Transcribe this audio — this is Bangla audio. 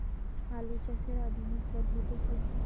আলু চাষের আধুনিক পদ্ধতি কি?